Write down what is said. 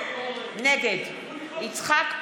נגד טלי